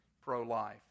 pro-life